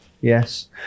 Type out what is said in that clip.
yes